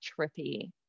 trippy